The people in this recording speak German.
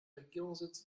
regierungssitz